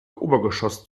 obergeschoss